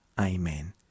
Amen